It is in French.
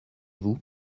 vous